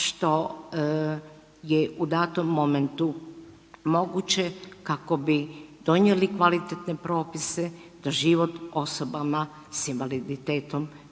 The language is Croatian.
što je u datom momentu moguće kako bi donijeli kvalitetne propise da život osobama s invaliditetom bude